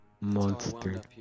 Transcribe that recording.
Monster